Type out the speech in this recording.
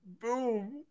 Boom